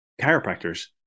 chiropractors